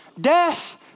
Death